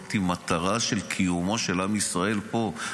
זאת מטרה של קיומו של עם ישראל פה,